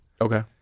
Okay